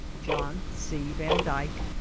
john c. van dyke.